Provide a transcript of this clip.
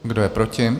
Kdo je proti?